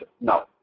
No